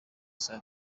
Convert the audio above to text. saa